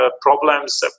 problems